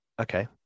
Okay